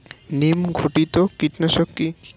নিম ঘটিত কীটনাশক কি?